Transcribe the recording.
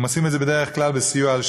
הם עושים את זה בדרך כלל בסיוע אופוזיציונרים,